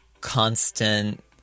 constant